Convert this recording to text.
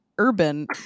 Urban